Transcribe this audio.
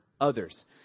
others